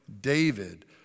David